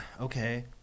okay